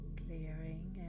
clearing